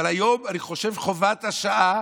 אבל היום אני חושב שחובת השעה